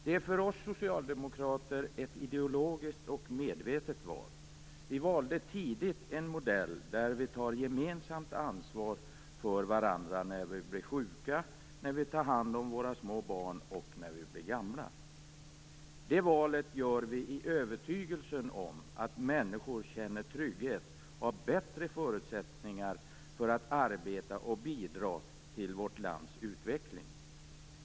Det är för oss socialdemokrater ett ideologiskt och medvetet val. Vi valde tidigt en modell där vi tar gemensamt ansvar för varandra när vi blir sjuka, när vi tar hand om våra små barn och när vi blir gamla. Det valet gör vi i övertygelsen om att människor som känner trygghet har bättre förutsättningar för att arbeta och att bidra till vårt lands utveckling.